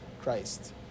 Christ